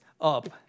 up